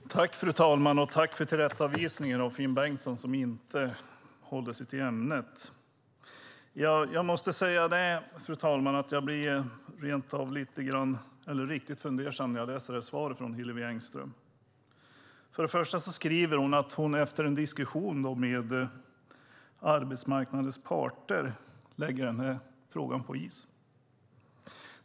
Fru talman! Jag tackar fru talmannen för tillrättavisningen av Finn Bengtsson, som inte höll sig till ämnet. Jag blir riktigt fundersam, fru talman, när jag läser svaret från Hillevi Engström. Hon skriver att hon efter en "diskussion med arbetsmarknadens parter" lägger frågan på is.